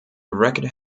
wrecked